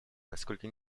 насколько